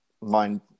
mind